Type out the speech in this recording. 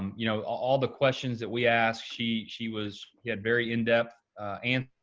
you know, all the questions that we asked, she she was she had very in-depth and